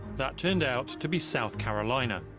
that turned out to be south carolina.